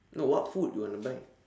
no what food you want to buy